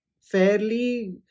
fairly